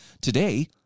Today